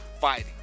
fighting